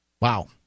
Wow